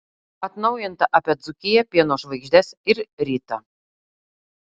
atnaujinta apie dzūkiją pieno žvaigždes ir rytą